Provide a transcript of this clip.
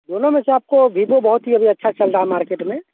दोनों में से आपको विवो बहुत ही अभी अच्छा चल रहा है मार्किट में